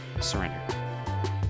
surrender